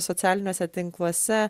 socialiniuose tinkluose